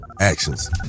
actions